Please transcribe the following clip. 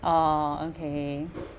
oh okay